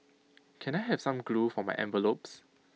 can I have some glue for my envelopes